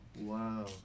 Wow